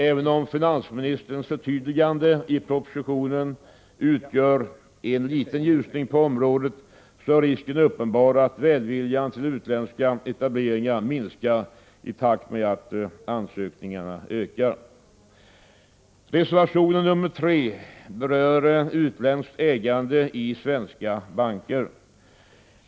Även om finansministerns förtydligande i propositionen utgör en liten ljusning på området, är risken uppenbar att välviljan till utländska etableringar minskar i takt med att ansökningarna ökar. Reservation nr 3 berör utländskt ägande i svenska banker.